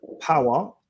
power